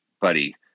buddy